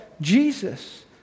Jesus